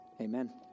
amen